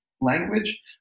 language